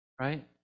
Right